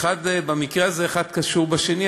במקרה הזה האחד קשור בשני,